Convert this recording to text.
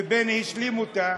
ובני השלים אותה,